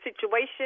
situation